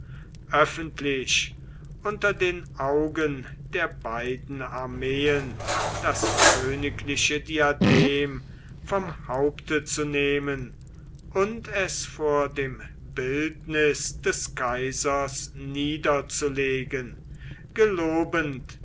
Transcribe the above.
öffentlich unter den augen der beiden armeen das königliche diadem vom haupte zu nehmen und es vor dem bildnis des kaisers niederzulegen gelobend